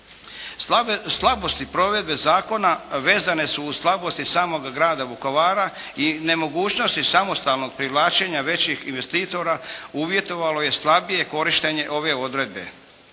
Slabost provedbe zakona, vezano uz slabosti samog Grada Vukovara i nemogućnosti samostalnog privlačenja većih ulagača, uvjetovalo je slabije korištenje ove odredbe.